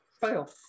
Fail